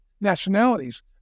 nationalities